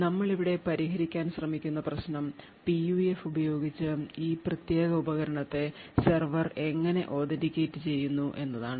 നമ്മൾ ഇവിടെ പരിഹരിക്കാൻ ശ്രമിക്കുന്ന പ്രശ്നം PUF ഉപയോഗിച്ച് ഈ പ്രത്യേക ഉപകരണത്തെ സെർവർ എങ്ങനെ authenticate ചെയ്യുന്നു എന്നതാണ്